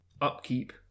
Upkeep